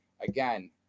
again